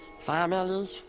family